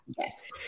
Yes